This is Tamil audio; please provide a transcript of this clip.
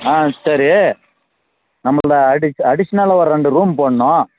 ஆ சரி நம்ம அடிஷ்னலாக ஒரு ரெண்டு ரூம் போடணும்